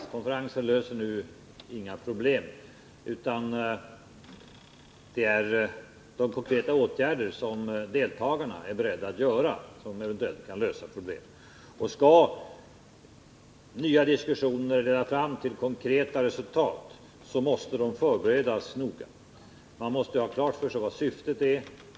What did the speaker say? Konferenser löser inga problem, utan det är de konkreta åtgärder som deltagarna är beredda att vidta som eventuellt kan lösa problem. Skall nya diskussioner leda fram till resultat måste de förberedas noga. Man måste ha klart för sig vad syftet är.